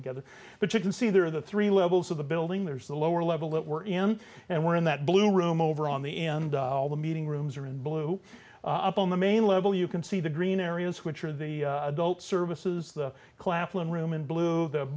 together but you can see there are the three levels of the building there's the lower level that we're in and we're in that blue room over on the end of the meeting rooms or in blue up on the main level you can see the green areas which are the adult services the claflin room in blue the